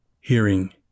hearing